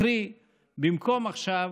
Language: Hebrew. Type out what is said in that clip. קרי במקום עכשיו